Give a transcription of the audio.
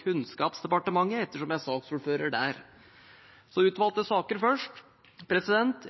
Kunnskapsdepartementet, ettersom jeg er saksordfører der. Først til utvalgte saker: